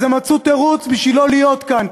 אז הם מצאו תירוץ בשביל לא להיות כאן,